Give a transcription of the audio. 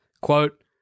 Quote